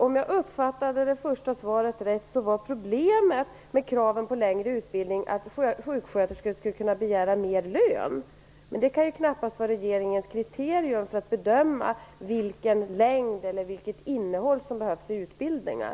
Om jag uppfattade det första svaret rätt var problemet med kraven på längre utbildning att sjuksköterskor skulle kunna begära mer lön. Det kan väl knappast vara regeringens kriterium för att bedöma vilken längd eller vilket innehåll som behövs i olika utbildningar?